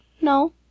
No